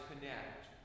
connect